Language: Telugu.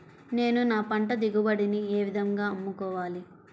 నేను నా పంట దిగుబడిని ఏ విధంగా అమ్ముకోవాలి?